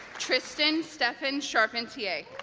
tristan stephane charpentier